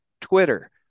Twitter